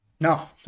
no